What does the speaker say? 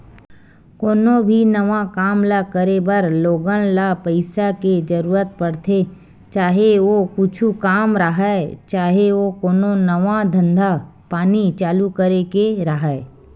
कोनो भी नवा काम ल करे बर लोगन ल पइसा के जरुरत पड़थे, चाहे ओ कुछु काम राहय, चाहे ओ कोनो नवा धंधा पानी चालू करे के राहय